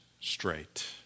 straight